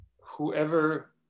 whoever